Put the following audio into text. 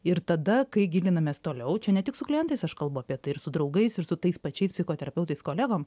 ir tada kai gilinamės toliau čia ne tik su klientais aš kalbu apie tai ir su draugais ir su tais pačiais psichoterapeutais kolegom